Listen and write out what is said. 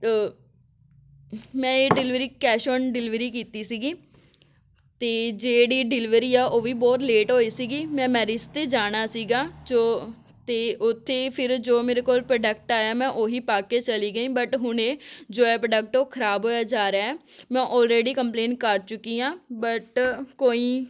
ਮੈਂ ਇਹ delivery cash on delivery ਕੀਤੀ ਸੀਗੀ ਅਤੇ ਜਿਹੜੀ ਡਿਲੀਵਰੀ ਆ ਓਹ ਵੀ ਬਹੁਤ ਲੇਟ ਹੋਈ ਸੀਗੀ ਮੈਂ ਮੈਰਿਜ 'ਤੇ ਜਾਣਾ ਸੀਗਾ ਜੋ ਅਤੇ ਉੱਥੇ ਫਿਰ ਜੋ ਮੇਰੇ ਕੋਲ ਪ੍ਰੋਡਕਟ ਆਇਆ ਮੈਂ ਉਹੀ ਪਾ ਕੇ ਚਲੀ ਗਈ ਬਟ ਹੁਣ ਇਹ ਜੋ ਹੈ ਪ੍ਰੋਡਕਟ ਉਹ ਖਰਾਬ ਹੋਇਆ ਜਾ ਰਿਹਾ ਹੈ ਮੈਂ ਔਲਰੈਡੀ ਕਪਲੇਂਨ ਕਰ ਚੁੱਕੀ ਹਾਂ ਬਟ ਕੋਈ